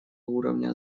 уровня